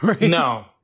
No